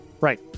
Right